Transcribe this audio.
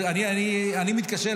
אני מתקשה,